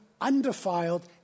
undefiled